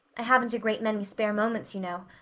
i haven't a great many spare moments, you know.